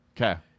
Okay